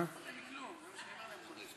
עמד כאן דוד אמסלם ודיבר ארוכות,